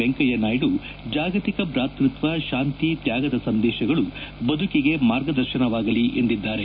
ವೆಂಕಯ್ಯನಾಯ್ದು ಜಾಗತಿಕ ಭ್ರಾತೃತ್ವ ಶಾಂತಿ ತ್ಯಾಗದ ಸಂದೇಶಗಳು ಬದುಕಿಗೆ ಮಾರ್ಗದರ್ಶನವಾಗಲಿ ಎಂದಿದ್ದಾರೆ